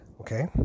okay